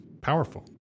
powerful